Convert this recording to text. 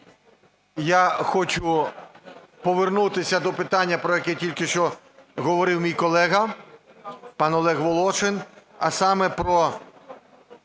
Я хочу повернутися до питання, про яке тільки що говорив мій колега пан Олег Волошин, а саме про